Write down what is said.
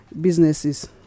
businesses